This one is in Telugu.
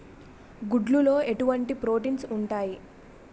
గుడ్లు లో ఎటువంటి ప్రోటీన్స్ ఉంటాయి?